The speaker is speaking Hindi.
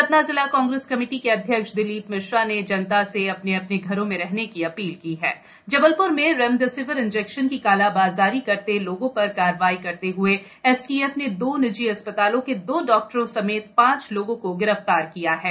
सतना जिला कांग्रेस कमेटी के अध्यक्ष दिलीप मिश्रा ने जनता से अपने अपने घरों में रहने की अपील की हाजबलप्र में रेमडेसिविर इंजेक्शन की कालाबाज़ारी करते लोगों पर कार्रवाई करते हुए एसटीएफ ने दो निजी अस्पतालों के दो डॉक्टरों समेत पांच लोगों को गिरफ्तार किया हा